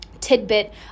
tidbit